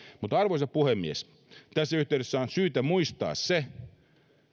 arvoisa puhemies tässä yhteydessä on syytä muistaa se